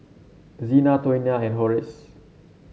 Zina Tawnya and Horace